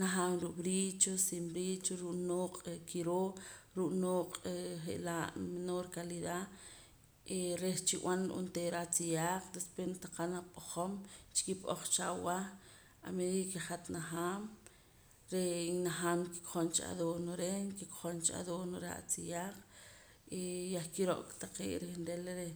Najaam ruu' bricho sin bricho ruu' nooq' kiroo ruu' nooq' je'laa noor calidad y reh chib'an onteera atziyaaq después nataqam la nap'ojom chi kip'oj cha awah amedida ke hat najaam re' najaam kikojom cha adorno reh kikojom cha reh adorno reh atziyaaq eh yah kiro'ka taqee' reh nrila reh